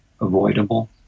avoidable